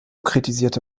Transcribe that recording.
kritisierte